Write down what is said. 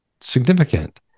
significant